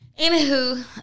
Anywho